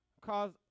cause